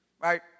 Right